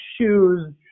shoes